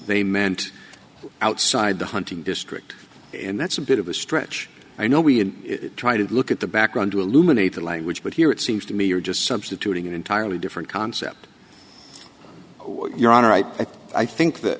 they meant outside the hunting district and that's a bit of a stretch i know we try to look at the background to eliminate the language but here it seems to me you're just substituting an entirely different concept your honor i i think that